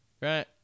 right